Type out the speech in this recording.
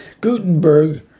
Gutenberg